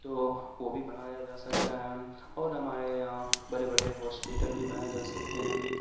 تو وہ بھی بنایا جا سکتا ہے اور ہمارے یہاں بڑے بڑے ہاسپٹل بھی بنائے جا سکتے ہیں